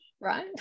right